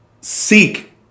seek